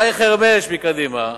שי חרמש מקדימה,